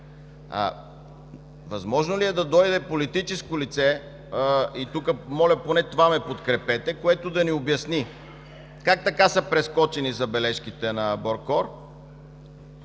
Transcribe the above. Възможно ли е да дойде политическо лице – моля, поне в това ме подкрепете – което да ни обясни как така са прескочени забележките на БОРКОР